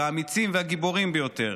האמיצים והגיבורים ביותר.